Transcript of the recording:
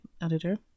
editor